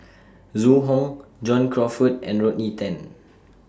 Zhu Hong John Crawfurd and Rodney Tan